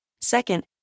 Second